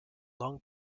long